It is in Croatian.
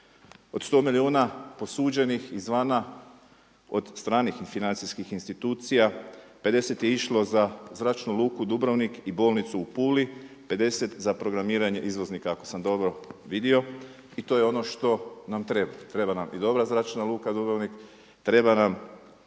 Od 100 milijuna posuđenih izvana od stranih i financijskih institucija 50 je išlo za zračnu luku Dubrovnik i bolnicu u Puli, 50 za programiranje izvoznika ako sam dobro vidio i to je ono što nam treba, treba nam i dobra zračna luka Dubrovnik, treba nam